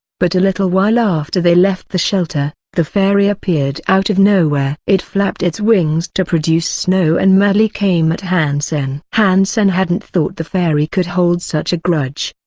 but a little while after they left the shelter, the fairy appeared out of nowhere. it flapped its wings to produce snow and madly came at han sen. han sen hadn't thought the fairy could hold such a grudge.